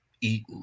eat